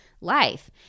life